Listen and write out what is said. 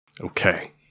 Okay